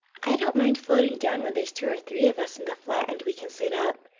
i don't mind floating down when there's two or three of us in the flat and we can sit up.